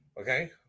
Okay